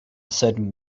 said